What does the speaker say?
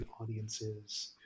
audiences